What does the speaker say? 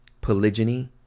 polygyny